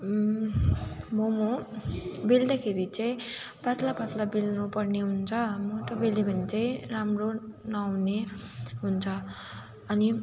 मोमो बेल्दाखेरि चाहिँ पातलो पातलो बेल्नुपर्ने हुन्छ मोटो बेल्यो भने चाहिँ राम्रो नहुने हुन्छ अनि